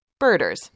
birders